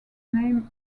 name